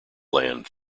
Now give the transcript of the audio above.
land